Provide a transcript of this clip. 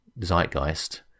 zeitgeist